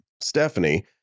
stephanie